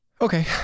Okay